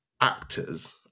actors